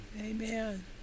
amen